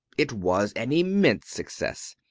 it was an immense success.